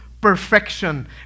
perfection